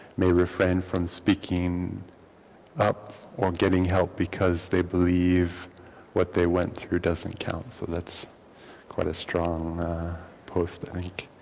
may refrain from speaking up or getting help because they believe what they went through doesn't count. so that's quite a strong post i think.